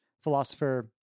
philosopher